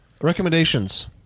recommendations